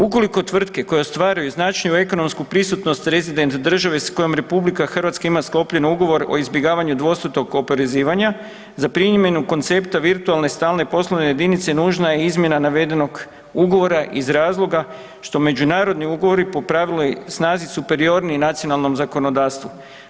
Ukoliko tvrtke koje ostvaruju značajnu ekonomsku prisutnost rezident države s kojom RH ima sklopljen Ugovor o izbjegavanju dvostrukog oporezivanja za primjenu koncepta virtualne stalne poslove jedinice nužna je izmjena navedenog ugovora iz razloga što međunarodni ugovori po pravnoj snazi su superiorniji nacionalnom zakonodavstvu.